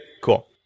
Cool